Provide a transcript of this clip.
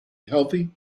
healthy